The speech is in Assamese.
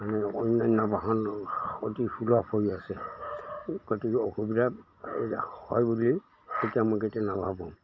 অন্যান্য বাহন অতি সুলভ হৈ আছে গতিকে অসুবিধা হয় বুলি তেতিয়া মই এতিয়া নাভাবোঁ